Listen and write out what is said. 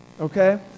okay